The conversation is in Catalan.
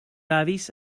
avis